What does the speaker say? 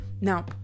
Now